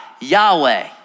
Yahweh